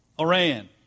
Iran